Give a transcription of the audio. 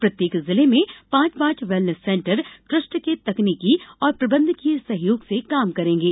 प्रत्येक जिले में पांच पांच वेलनेस सेंटर ट्रस्ट के तकनीकी और प्रबंकीय सहयोग से काम करेंगे